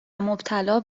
مبتلا